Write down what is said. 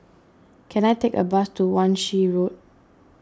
can I take a bus to Wan Shih Road